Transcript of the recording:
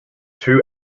two